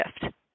shift